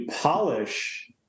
polish